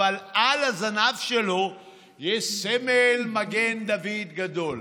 אבל על הזנב שלו יש סמל מגן דוד גדול.